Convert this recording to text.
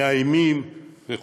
מאיימים וכו'.